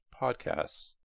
podcasts